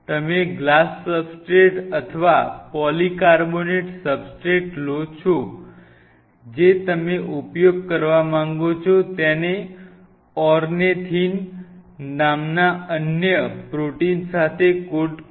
તમે glass substrate અથવા polycarbonate substrate લો છો જે તમે ઉપયોગ કરવા માંગો છો તેને ઓર્નિથિન નામના અન્ય પ્રોટીન સાથે કોટ કરો